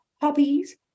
Hobbies